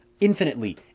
Infinitely